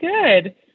good